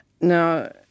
Now